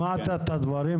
שמעת את הדברים,